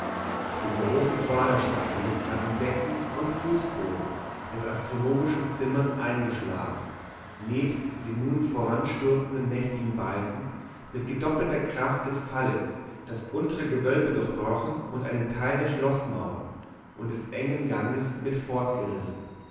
die großen quadersteine hatten decke und fußboden des astronomischen zimmers eingeschlagen nebst den nun voranstürzenden mächtigen balken mit gedoppelter kraft des falles das untere gewölbe durchbrochen und einen teil der schloßmauer und des engen ganges mit